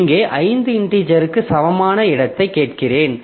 இங்கே 5 இன்டிஜெருக்கு சமமான இடத்தைக் கேட்கிறேன்